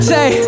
Say